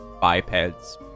bipeds